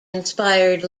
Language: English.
inspired